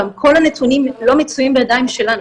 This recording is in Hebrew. כל הנתונים לא מצויים בידיים שלנו,